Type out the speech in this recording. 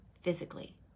physically